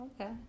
okay